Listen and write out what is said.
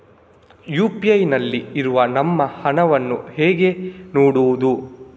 UPI ನಲ್ಲಿ ಇರುವ ನಮ್ಮ ಹಣವನ್ನು ಹೇಗೆ ನೋಡುವುದು?